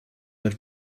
and